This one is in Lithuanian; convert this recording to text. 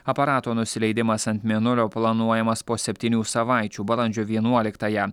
aparato nusileidimas ant mėnulio planuojamas po septynių savaičių balandžio vienuoliktąją